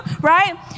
right